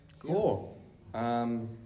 Cool